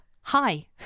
Hi